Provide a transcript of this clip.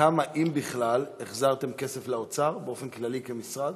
כמה, אם בכלל, החזרתם כסף לאוצר באופן כללי כמשרד?